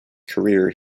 career